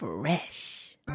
Fresh